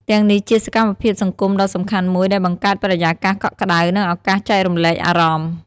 ទាំងនេះជាសកម្មភាពសង្គមដ៏សំខាន់មួយដែលបង្កើតបរិយាកាសកក់ក្ដៅ និងឱកាសចែករំលែកអារម្មណ៍ ។